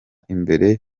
imbere